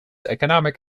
economic